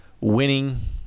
Winning